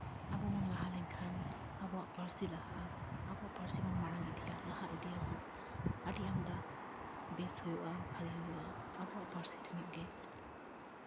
ᱟᱵᱚ ᱵᱚᱱ ᱞᱟᱦᱟ ᱞᱮᱱᱠᱷᱟᱱ ᱟᱵᱚᱣᱟᱜ ᱯᱟᱹᱨᱥᱤ ᱞᱟᱦᱟᱜᱼᱟ ᱟᱵᱚ ᱯᱟᱹᱨᱥᱤ ᱵᱚᱱ ᱢᱟᱲᱟᱝ ᱤᱫᱤᱭᱟᱵᱚᱱ ᱞᱟᱦᱟ ᱤᱫᱤᱭᱟᱵᱚᱱ ᱟᱹᱰᱤ ᱟᱢᱫᱟ ᱵᱮᱥ ᱦᱩᱭᱩᱜᱼᱟ ᱵᱷᱟᱜᱮ ᱦᱩᱭᱩᱜᱼᱟ ᱟᱵᱚᱣᱟᱜ ᱯᱟᱹᱨᱥᱤ ᱨᱮᱱᱟᱜ ᱜᱮ